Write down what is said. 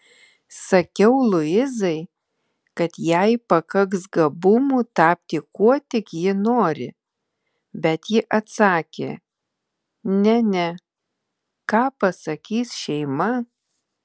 sakiau luizai kad jai pakaks gabumų tapti kuo tik ji nori bet ji atsakė ne ne ką pasakys šeima